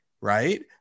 Right